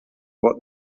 what